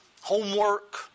homework